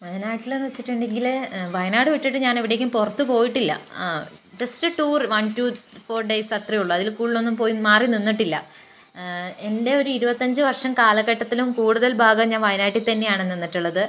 വയനാട്ടിലെന്ന് വെച്ചിട്ടുണ്ടെങ്കില് വയനാട് വിട്ടിട്ട് ഞാനെവിടേക്കും പുറത്തുപോയിട്ടില്ല just tour one two four days അത്രേയുള്ളൂ അതിൽ കൂടുതലൊന്നും പോയി മാറി നിന്നിട്ടില്ല എൻ്റെ ഒരു ഇരുപത്തഞ്ച് വർഷം കാലഘട്ടത്തിലും കൂടുതൽ ഭാഗം ഞാൻ വയനാട്ടിൽ തന്നെയാണ് നിന്നിട്ടുള്ളത്